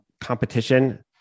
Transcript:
competition